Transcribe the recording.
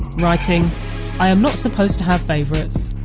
writing i am not supposed to have favourites,